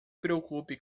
preocupe